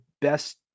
best